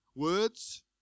Words